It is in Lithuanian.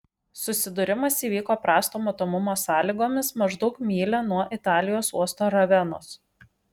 susidūrimas įvyko prasto matomumo sąlygomis maždaug mylia nuo italijos uosto ravenos